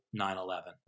9-11